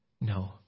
no